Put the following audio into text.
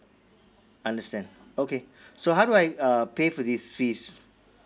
understand okay so how do I uh pay for these fees